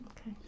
okay